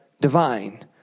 divine